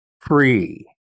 free